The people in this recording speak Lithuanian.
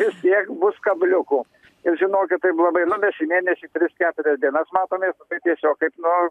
vis tiek bus kabliukų ir žinokit taip labai nu mes į mėnesį tris keturias dienas matomės tai tiesiog kaip nu